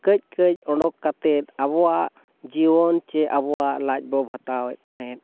ᱠᱟᱹᱡᱼᱠᱟᱹᱡ ᱚᱰᱚᱠ ᱠᱟᱛᱮᱫ ᱟᱵᱚᱣᱟᱜ ᱡᱤᱭᱚᱱ ᱥᱮ ᱟᱵᱚᱣᱟᱜ ᱞᱟᱡ ᱵᱚ ᱵᱷᱟᱛᱟᱣᱮᱜ ᱛᱟᱦᱮᱸᱫ